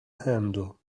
handle